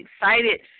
excited